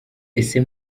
ese